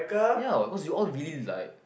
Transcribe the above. ya what cause we all really like